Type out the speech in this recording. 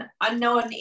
unknown